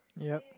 ya